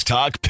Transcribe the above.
Talk